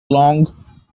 long